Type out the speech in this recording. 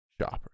Shopper